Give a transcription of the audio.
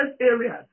areas